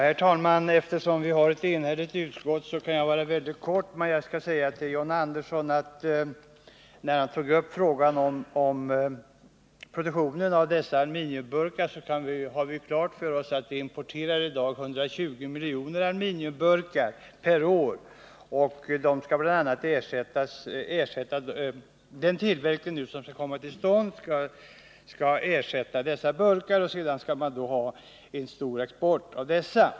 Herr talman! Då det föreligger ett enhälligt utskottsbetänkande kan jag fatta mig mycket kort. Men jag vill säga till John Andersson, eftersom han tog upp frågan om produktionen av dessa aluminiumburkar, att han bör ha klart för sig att vi i dag importerar 120 miljoner aluminiumburkar per år. Genom den tillverkning som nu skall komma till stånd skall man ersätta dessa burkar och sedan även ha en stor export.